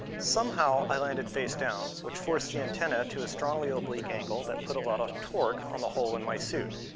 somehow, i landed facedown, which forced the antenna to a strongly oblique angle that put a lot of torque on the hole in my suit.